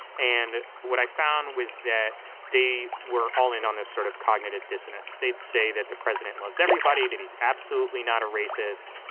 and what i found was that they were all-in on this sort of cognitive dissonance. they'd say that the president loves everybody, that he's absolutely not a racist,